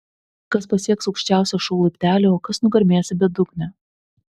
kas pasieks aukščiausią šou laiptelį o kas nugarmės į bedugnę